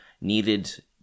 needed